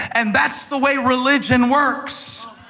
and that's the way religion works.